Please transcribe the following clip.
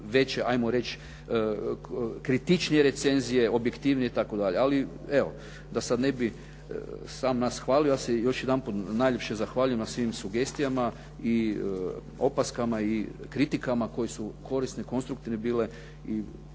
veće, hajmo reći kritičnije recenzije, objektivnije itd. Ali evo, da sad ne bi sam nas hvalio, ja se još jedanput najljepše zahvaljujem na svim sugestijama i opaskama i kritikama koje su korisne, konstruktivne bile i